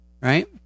Right